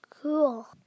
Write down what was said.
Cool